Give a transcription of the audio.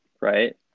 right